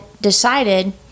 decided